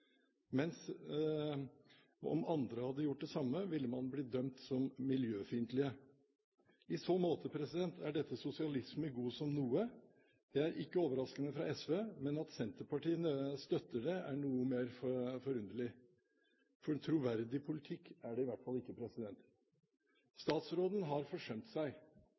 mens om andre hadde gjort det samme, ville man blitt dømt som miljøfiendtlig. I så måte er dette sosialisme god som noe. Det er ikke overraskende fra SV, men at Senterpartiet støtter det, er noe mer forunderlig. Troverdig politikk er det i hvert fall ikke. Statsråden har forsømt seg.